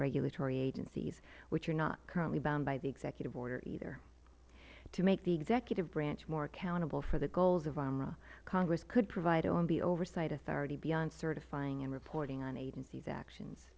regulatory agencies which are not currently bound by the executive order either to make the executive branch more accountable for the goals of umra congress could provide omb oversight authority beyond certifying and reporting on agencies actions